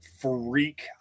freak